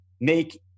make